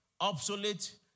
obsolete